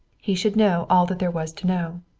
he should know all that there was to know.